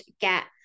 get